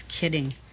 kidding